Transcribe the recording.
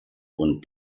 und